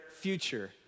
future